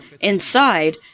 inside